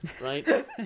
Right